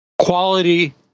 quality